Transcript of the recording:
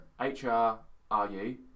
H-R-R-U